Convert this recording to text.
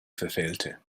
verfehlte